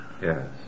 Yes